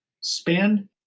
span